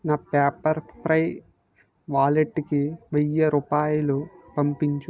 నా పెప్పర్ఫ్రై వాలెట్కి వెయ్యి రూపాయలు పంపించు